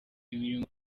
imirimo